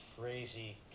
crazy